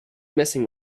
missing